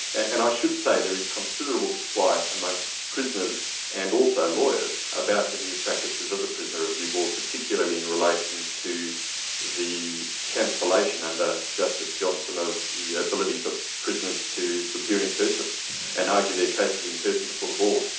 and i should say there is considerable disquiet among prisoners and also lawyers, about the new practices of the prisoner review board, particularly in relation to the cancellation under justice johnson of the ability for prisoners to appear in person and argue their cases in person before the board.